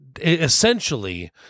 essentially